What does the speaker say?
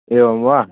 एवं वा